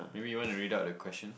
maybe you want to read out the question